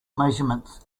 measurements